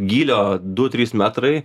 gylio du trys metrai